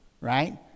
right